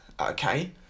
Okay